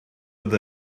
with